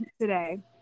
today